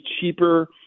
cheaper